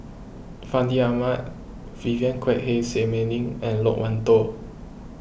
Fandi Ahmad Vivien Quahe Seah Mei Lin and Loke Wan Tho